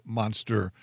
monster